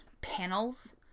panels